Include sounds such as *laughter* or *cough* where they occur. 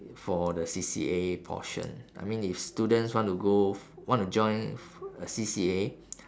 for the C_C_A portion I mean if students want to go *breath* want to join *breath* a C_C_A